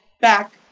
back